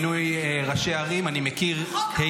את חוק המתנות שלך והחוק למינוי ראשי ערים אני מכיר היטב.